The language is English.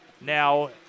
now